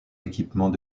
équipement